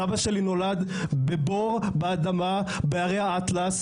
סבא שלי נולד בבור באדמה בהרי האטלס,